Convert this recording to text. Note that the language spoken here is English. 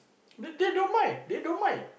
they they don't mind they don't mind